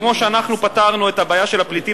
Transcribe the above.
וכמו שאנחנו פתרנו את הבעיה של הפליטים